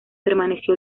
permaneció